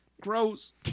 Gross